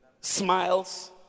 Smiles